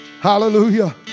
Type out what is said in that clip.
Hallelujah